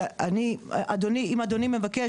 שאם אדוני מבקש,